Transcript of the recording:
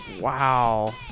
Wow